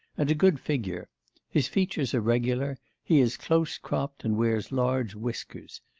and a good figure his features are regular, he is close-cropped, and wears large whiskers.